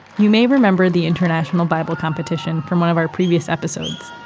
you may remember the international bible competition from one of our previous episodes.